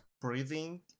Breathing